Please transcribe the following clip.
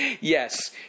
Yes